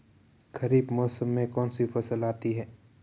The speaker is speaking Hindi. खरीफ मौसम में कौनसी फसल आती हैं?